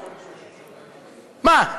מה,